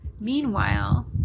Meanwhile